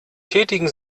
tätigen